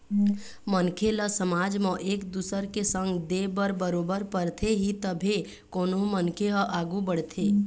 मनखे ल समाज म एक दुसर के संग दे बर बरोबर परथे ही तभे कोनो मनखे ह आघू बढ़थे